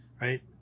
right